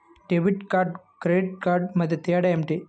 Debit కార్డుకు credit కార్డుకు మధ్య తేడా ఏమిటీ?